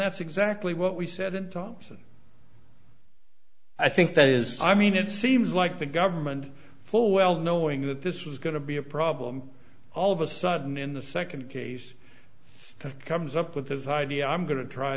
that's exactly what we said in thompson i think that is i mean it seems like the government full well knowing that this was going to be a problem all of a sudden in the second case comes up with this idea i'm going t